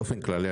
באופן כללי,